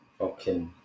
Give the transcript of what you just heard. okay